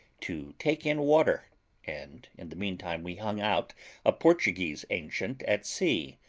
to take in water and in the meantime we hung out a portuguese ancient at sea,